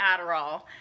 adderall